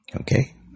Okay